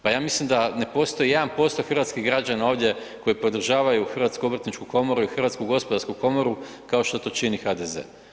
Pa ja mislim da ne postoji 1% hrvatskih građana ovdje koji podržavaju HOK i HGK kao što to čini HDZ.